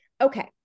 Okay